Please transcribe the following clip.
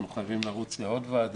אנחנו חייבים לרוץ לעוד ועדה.